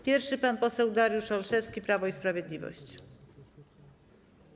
Pierwszy pan poseł Dariusz Olszewski, Prawo i Sprawiedliwość.